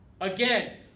Again